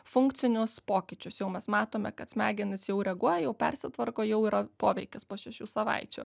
funkcinius pokyčius jau mes matome kad smegenys jau reaguoja jau persitvarko jau yra poveikis po šešių savaičių